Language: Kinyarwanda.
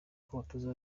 kw’abatoza